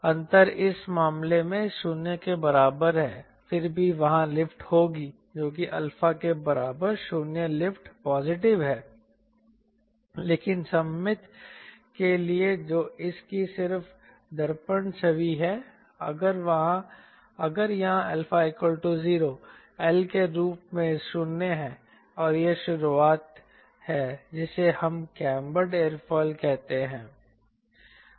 अंतर इस मामले में 0 के बराबर है फिर भी वहां लिफ्ट होगी जो कि 𝛼 के बराबर है 0 लिफ्ट पॉजिटिव है लेकिन सममित के लिए जो इस की सिर्फ दर्पण छवि है अगर यहां 𝛼 0 L के रूप में 0 है और यह शुरुआत है जिसे हम कैम्बर्ड एयरोफिल कहते हैं